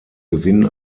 gewinn